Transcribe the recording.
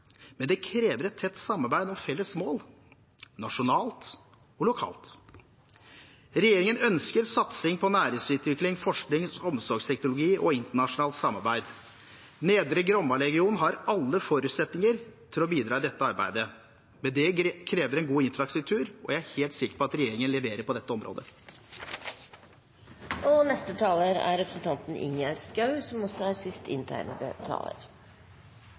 Men det krever et tett samarbeid om felles mål, nasjonalt og lokalt. Regjeringen ønsker satsing på næringsutvikling, forskning, omsorgsteknologi og internasjonalt samarbeid. Nedre Glomma-regionen har alle forutsetninger for å bidra i dette arbeidet, men det krever en god infrastruktur. Jeg er helt sikker på at regjeringen leverer på dette området. Dette er en etterlengtet sak, en overmoden sak, og den har vært gryteklar i mange år. Det er